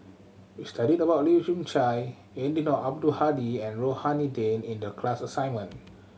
we studied about Leu Yew Chye Eddino Abdul Hadi and Rohani Din in the class assignment